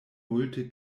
multe